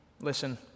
Listen